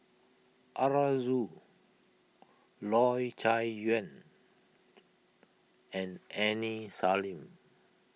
Arasu Loy Chye Chuan and Aini Salim